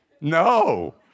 no